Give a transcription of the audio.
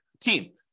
Team